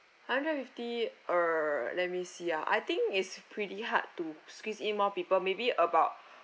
hundred and fifty err let me see ah I think it's pretty hard to squeeze in more people maybe about